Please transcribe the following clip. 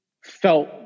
felt